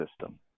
system